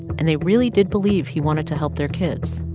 and they really did believe he wanted to help their kids